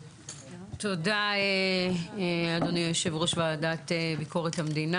תודה, אדוני, יושב ראש ועדת ביקורת המדינה.